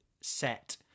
set